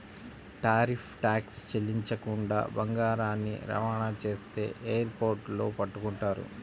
tariff tax చెల్లించకుండా బంగారాన్ని రవాణా చేస్తే ఎయిర్ పోర్టుల్లో పట్టుకుంటారు